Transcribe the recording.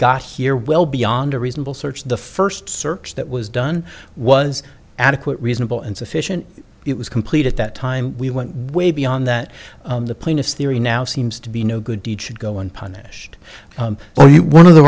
got here well beyond a reasonable search the first search that was done was adequate reasonable and sufficient it was complete at that time we went way beyond that the plaintiff's theory now seems to be no good deed should go unpunished but one of the